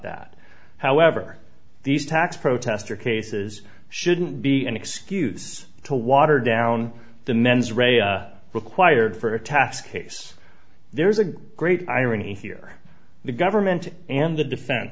that however these tax protester cases shouldn't be an excuse to water down the mens rea required for a task case there's a great irony here the government and the defen